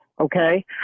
okay